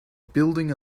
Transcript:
building